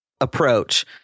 approach